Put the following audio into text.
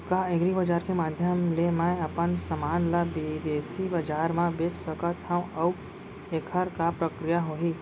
का एग्रीबजार के माधयम ले मैं अपन समान ला बिदेसी बजार मा बेच सकत हव अऊ एखर का प्रक्रिया होही?